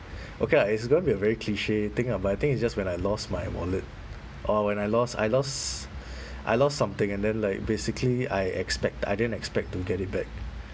okay lah it's going to be a very cliche thing lah but I think it's just when I lost my wallet or when I lost I lost I lost something and then like basically I expect I didn't expect to get it back